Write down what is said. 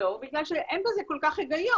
לא, בגלל שאין בזה כל כך היגיון.